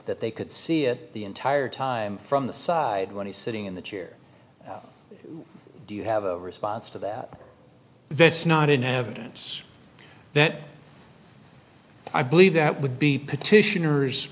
that they could see it the entire time from the side when he's sitting in the chair do you have a response to that that's not in evidence that i believe that would be petitioners